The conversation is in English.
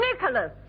Nicholas